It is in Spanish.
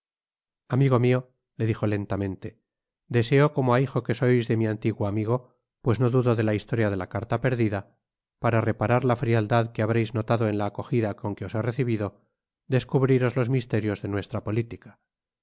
amigo mio le dijo lentamente deseo como á hijo que sois de mi antiguo amigo pues no dudo de la historia de la carta perdida para reparar la frialdad que habréis notado en la acogida con que os he recibido descubriros los misterios de nuestra política